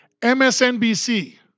MSNBC